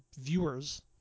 viewers